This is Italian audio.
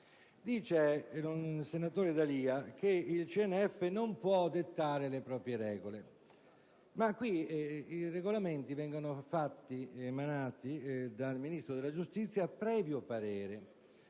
Dice il senatore D'Alia che il CNF non può dettare le proprie regole. Ma i Regolamenti vengono emanati dal Ministro della giustizia, previo parere,